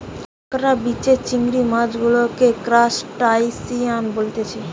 কাঁকড়া, বিছে, চিংড়ি সব মাছ গুলাকে ত্রুসটাসিয়ান বলতিছে